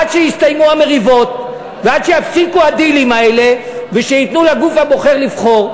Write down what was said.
עד שיסתיימו המריבות ועד שייפסקו הדילים האלה ושייתנו לגוף הבוחר לבחור.